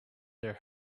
their